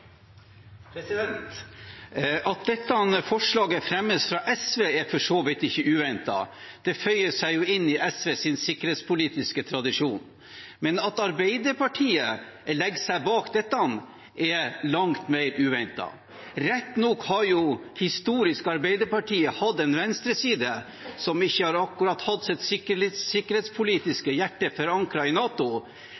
for så vidt ikke uventet. Det føyer seg inn i SVs sikkerhetspolitiske tradisjon. Men at Arbeiderpartiet stiller seg bak dette, er langt mer uventet. Rett nok har Arbeiderpartiet historisk hatt en venstreside som ikke akkurat har hatt sitt